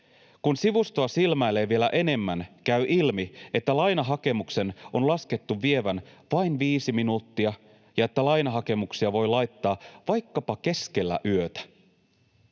Kun sivustoa silmäilee vielä enemmän, käy ilmi, että lainahakemuksen on laskettu vievän vain viisi minuuttia ja että lainahakemuksia voi laittaa vaikkapa keskellä yötä.